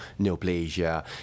neoplasia